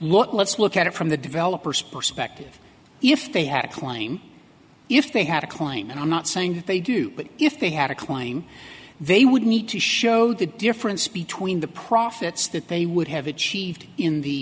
look let's look at it from the developer's perspective if they had a claim if they had a claim and i'm not saying that they do but if they had a claim they would need to show the difference between the profits that they would have achieved in the